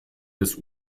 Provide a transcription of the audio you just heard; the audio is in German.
des